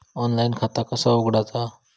Online खाता कसा उघडायचा?